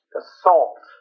assault